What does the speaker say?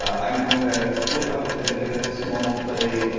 i um ah pull out a small, clay,